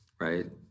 right